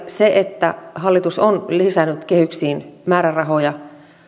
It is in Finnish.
se että hallitus on lisännyt kehyksiin määrärahoja